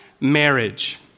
marriage